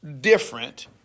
different